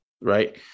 Right